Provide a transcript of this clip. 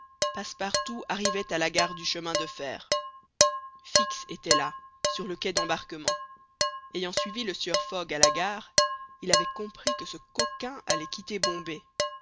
passepartout arrivait à la gare du chemin de fer fix était là sur le quai d'embarquement ayant suivi le sieur fogg à la gare il avait compris que ce coquin allait quitter bombay